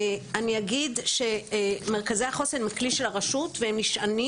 אני אגיד שמרכזי החוסן הם כלי של הרשות והם נשענים